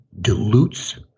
dilutes